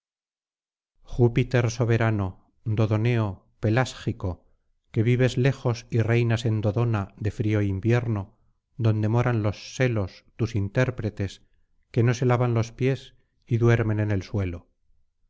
júpiter soberano dodoneo pelásgico que vives lejos y reinas en dodona de frío invierno donde moran los selos tus intérpretes que no se lavan los pies y duermen en el suelo